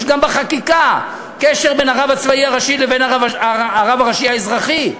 יש גם בחקיקה קשר בין הרב הצבאי הראשי לבין הרב הראשי האזרחי,